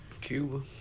Cuba